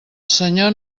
senyor